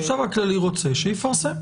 החשב הכללי רוצה שיפרסם.